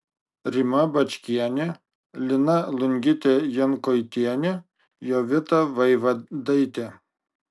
rima bačkienė lina lungytė jankoitienė jovita vaivadaitė